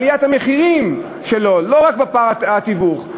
לא רק בפער התיווך,